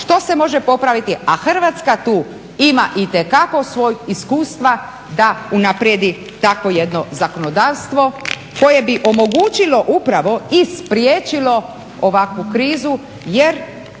što se može popraviti, a Hrvatska tu ima itekako svog iskustva da unaprijedi takvo jedno zakonodavstvo koje bi omogućilo upravo i spriječilo ovakvu krizu. Jer